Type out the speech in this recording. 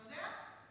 אתה יודע?